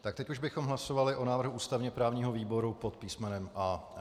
Tak teď už bychom hlasovali o návrhu ústavněprávního výboru pod písmenem A.